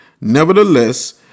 Nevertheless